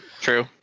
true